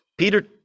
Peter